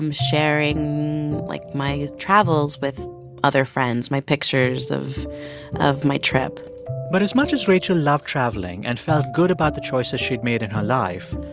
um sharing, like, my travels with other friends my pictures of of my trip but as much as rachel loved traveling and felt good about the choices she'd made in her life,